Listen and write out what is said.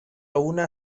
una